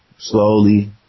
Slowly